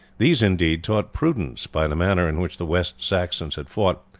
these, indeed, taught prudence by the manner in which the west saxons had fought,